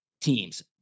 teams